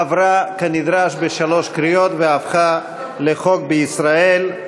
עברה כנדרש בשלוש קריאות והפכה לחוק בישראל.